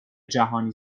جهانی